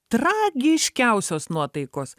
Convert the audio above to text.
tragiškiausios nuotaikos